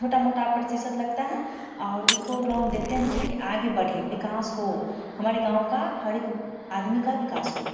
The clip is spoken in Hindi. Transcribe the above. छोटा मोटा प्रतिशत लगता है और उनको लौन देते हैं कि आगे बढ़े विकास हो हमारे गाँव का हर एक आदमी का विकास हो